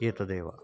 एतदेव